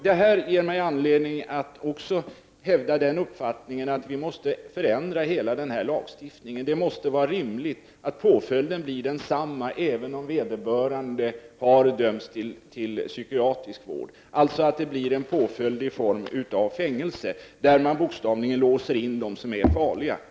Detta ger mig anledning att också hävda uppfattningen att vi måste förändra hela lagstiftningen. Det måste vara rimligt att påföljden blir densamma även om vederbörande har dömts till psykiatrisk vård, alltså påföljd i form av fängelse där man bokstavligt talat låser in dem som är farliga.